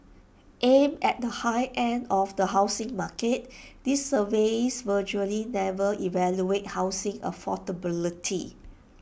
aimed at the high end of the housing market these surveys virtually never evaluate housing affordability